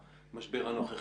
אצלנו בתעשייה זה מאוד רחב.